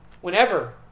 whenever